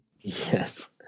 Yes